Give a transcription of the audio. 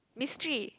mystery